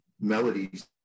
melodies